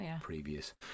previous